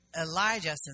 Elijah